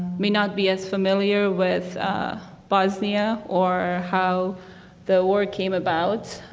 may not be as familiar with bosnia or how the war came about.